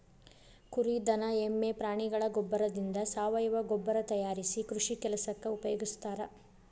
ಕುರಿ ದನ ಎಮ್ಮೆ ಪ್ರಾಣಿಗಳ ಗೋಬ್ಬರದಿಂದ ಸಾವಯವ ಗೊಬ್ಬರ ತಯಾರಿಸಿ ಕೃಷಿ ಕೆಲಸಕ್ಕ ಉಪಯೋಗಸ್ತಾರ